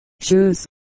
shoes